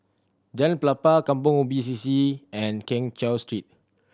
Jalan Pelepah Kampong Ubi C C and Keng Cheow Street